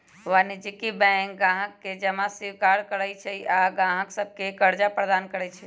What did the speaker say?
वाणिज्यिक बैंक गाहक से जमा स्वीकार करइ छइ आऽ गाहक सभके करजा प्रदान करइ छै